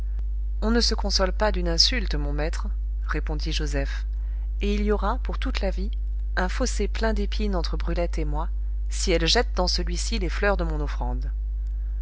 on ne se console pas d'une insulte mon maître répondit joseph et il y aura pour toute la vie un fossé plein d'épines entre brulette et moi si elle jette dans celui-ci les fleurs de mon offrande